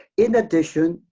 in addition,